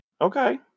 Okay